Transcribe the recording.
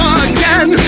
again